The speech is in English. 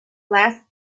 last